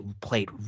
played